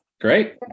Great